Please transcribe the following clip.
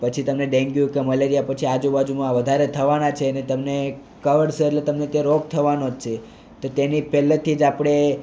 પછી તમે dengue malaria પછી આજુબાજુમાં વધારે થવાના છે અને તમને કરડશે એટલે તમને તે રોગ થવાનો જ છે તો તેની પહેલેથી જ આપણે